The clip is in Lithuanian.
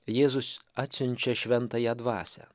jėzus atsiunčia šventąją dvasią